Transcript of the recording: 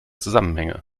zusammenhänge